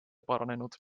paranenud